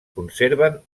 conserven